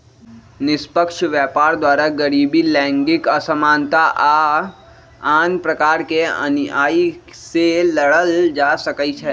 निष्पक्ष व्यापार द्वारा गरीबी, लैंगिक असमानता आऽ आन प्रकार के अनिआइ से लड़ल जा सकइ छै